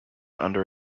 under